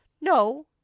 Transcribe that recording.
No